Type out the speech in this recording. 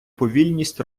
повільність